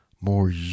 more